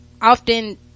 often